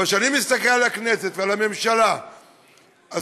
אבל כשאני מסתכל על הכנסת ועל הממשלה הזאת,